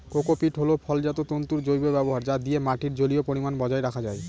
cocopeat হল ফলজাত তন্তুর জৈব ব্যবহার যা দিয়ে মাটির জলীয় পরিমান বজায় রাখা যায়